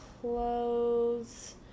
clothes